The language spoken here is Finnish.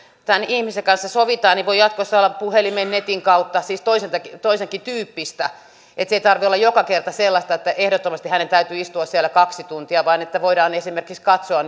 tämän ihmisen kanssa sovitaan niin voi jatkossa olla puhelimen tai netin kautta siis toisenkin tyyppistä että sen ei tarvitse olla joka kerta sellaista että ehdottomasti hänen täytyy istua siellä kaksi tuntia vaan että voidaan esimerkiksi katsoa